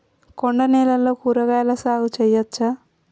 కొండ నేలల్లో కూరగాయల సాగు చేయచ్చా?